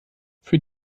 für